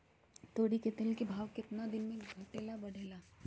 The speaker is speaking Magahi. तोरी के तेल के भाव केतना दिन पर घटे ला बढ़े ला?